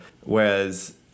Whereas